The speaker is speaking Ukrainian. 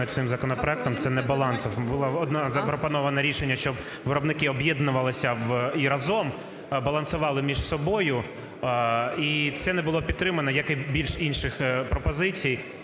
цим законопроектом, це небаланс. Було запропоновано рішення, щоб виробники об'єднувалися в... і разом балансували між собою. І це не було підтримано, як і більшість інших пропозицій.